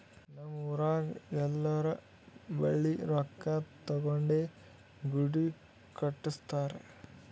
ನಮ್ ಊರಾಗ್ ಎಲ್ಲೋರ್ ಬಲ್ಲಿ ರೊಕ್ಕಾ ತಗೊಂಡೇ ಗುಡಿ ಕಟ್ಸ್ಯಾರ್